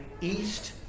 east